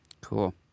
Cool